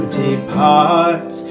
depart